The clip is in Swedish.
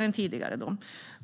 en tidigare dom.